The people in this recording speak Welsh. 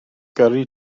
gyrru